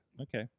Okay